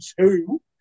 two